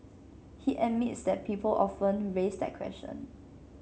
he admits that people often raise that question